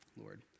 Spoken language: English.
Lord